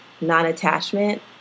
non-attachment